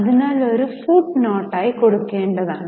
അതിനാൽ ഒരു footnote ആയി കൊടുക്കേണ്ടതാണ്